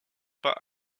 pas